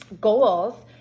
goals